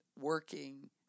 working